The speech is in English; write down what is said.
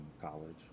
college